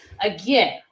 again